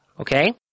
okay